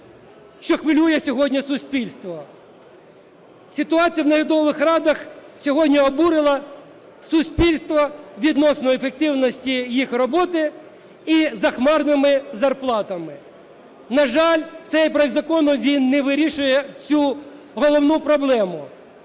що хвилює сьогодні суспільство. Ситуація в наглядових радах сьогодні обурила суспільство відносно ефективності їх роботи і захмарними зарплатами. На жаль, цей проект закону він не вирішує цю головну проблему: